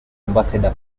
ambassador